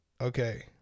Okay